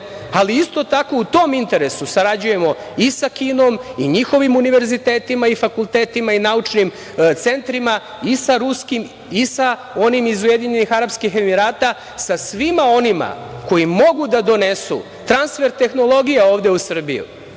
ali isto tako, u tom interesu sarađujemo i sa Kinom i njihovim univerzitetima i fakultetima i naučnim centrima i sa ruskim i sa onim iz Ujedinjenih Arapskih Emirata, sa svima onima koji mogu da donesu transfer tehnologija ovde u Srbiju,